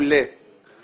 שלנו